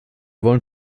wollen